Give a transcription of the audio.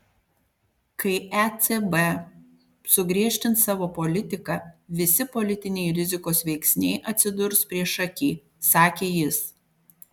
kai ecb sugriežtins savo politiką visi politiniai rizikos veiksniai atsidurs priešaky sakė jis